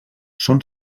són